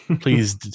please